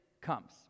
Comes